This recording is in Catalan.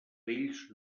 vells